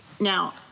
Now